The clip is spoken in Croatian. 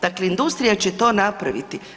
Dakle, industrija će to napraviti.